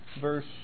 verse